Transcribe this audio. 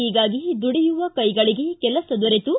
ಹೀಗಾಗಿ ದುಡಿಯುವ ಕೈಗಳಿಗೆ ಕೆಲಸ ದೊರೆತು